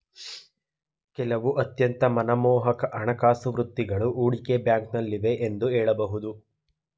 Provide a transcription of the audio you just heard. ಕೆಲವು ಅತ್ಯಂತ ಮನಮೋಹಕ ಹಣಕಾಸು ವೃತ್ತಿಗಳು ಹೂಡಿಕೆ ಬ್ಯಾಂಕ್ನಲ್ಲಿವೆ ಎಂದು ಹೇಳಬಹುದು